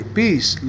peace